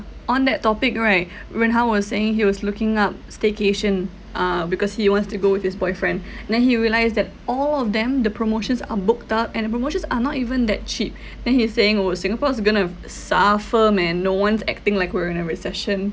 on that topic right wen hao was saying he was looking up staycation uh because he wants to go with his boyfriend then he realised that all of them the promotions are booked up and the promotions are not even that cheap then he is saying oh singapore is going to suffer man no one's acting like we're in a recession